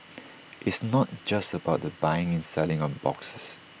it's not just about the buying and selling of boxes